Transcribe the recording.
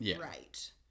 right